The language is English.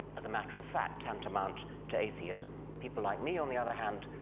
as a matter of fact, tantamount to atheism. people like me, on the other hand,